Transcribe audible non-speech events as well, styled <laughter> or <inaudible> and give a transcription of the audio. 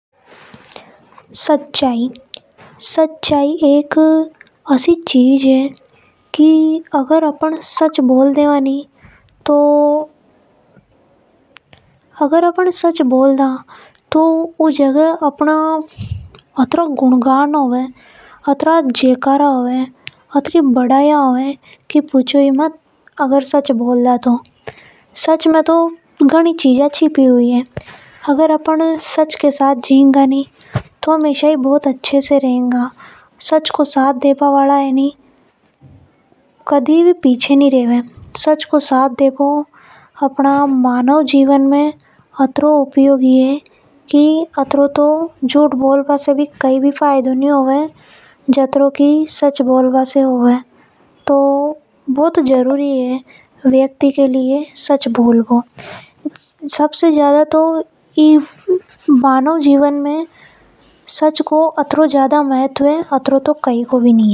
सच्चाई एक ऐसी चीज है <noise> की अगर अपन सच बोल देवा नि तो ऊ जगह अपना घणा गुणगान होवे। अतरा जयकारा लगा वआ घणा ज्यादा। अगर सच बोल देवा तो अत्री बढ़ाई होवे की पूछो ही मत। सच में तो घनी चीजा छुपी हुई है। अगर अपन सच के साथ रेवे गा तो अपन घणा अच्छा है। सच को साथ दे बा वाला कदी भी पीछे नि रेवे। झूठ तो कदी भी नि बोलनी चाव है। सच को साथ कभी नि छोड़नी है अपने पे कोई भी मुसीबत नि आवेगी।